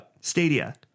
Stadia